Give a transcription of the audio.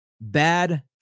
bad